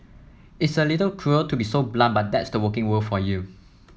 it's a little cruel to be so blunt but that's the working world for you